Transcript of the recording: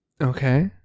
Okay